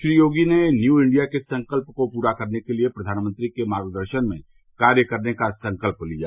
श्री योगी ने new India के संकल्प को पूरा करने के लिए प्रधानमंत्री के मार्ग दर्शन में कार्य करने का संकल्प लिया